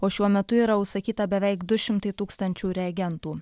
o šiuo metu yra užsakyta beveik du šimtai tūkstančių reagentų